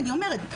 כן.